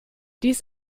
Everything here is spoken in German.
dies